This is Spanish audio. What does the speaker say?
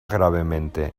gravemente